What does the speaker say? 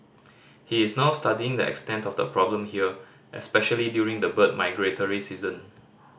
he is now studying the extent of the problem here especially during the bird migratory season